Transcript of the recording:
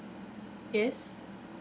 yes